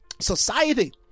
society